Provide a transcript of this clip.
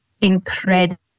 incredible